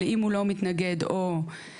אבל אם הוא לא מתנגד או מסכים,